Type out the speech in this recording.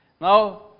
Now